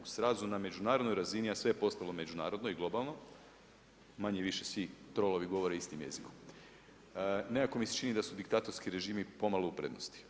U srazu na međunarodnoj razini, a sve je postalo međunarodno i globalno, manje-više svi trolovi govore istim jezikom, nekako mi se čini da su diktatorski režimo pomalo u prednosti.